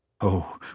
Oh